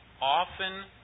often